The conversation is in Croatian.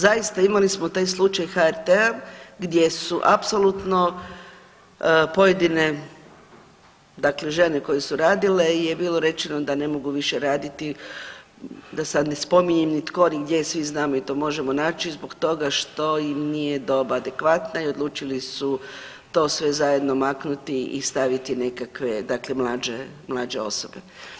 Zaista, imali smo taj slučaj HRT-a gdje su apsolutno pojedine dakle žene koje su radile je bilo rečeno da ne mogu više raditi, da sad ne spominjem ni tko, ni gdje i svi znamo i to možemo naći zbog toga što im nije dob adekvatna i odlučili su to sve zajedno maknuti i staviti nekakve, dakle mlađe, mlađe osobe.